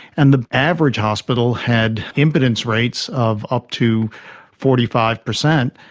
and the average hospital had impotence rates of up to forty five percent.